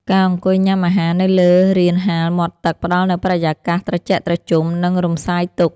ការអង្គុយញ៉ាំអាហារនៅលើរានហាលមាត់ទឹក ផ្តល់នូវបរិយាកាសត្រជាក់ត្រជុំ និងរំសាយទុក្ខ។